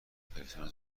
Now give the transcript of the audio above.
پرسنل